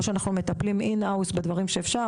או שמטפלים in house בדברים שאפשר,